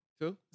two